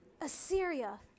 Assyria